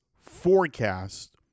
forecast